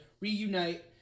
reunite